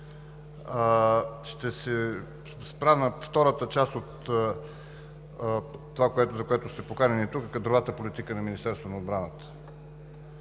Ще се спра на втората част от това, за което сте поканени тук – кадровата политика на Министерството на отбраната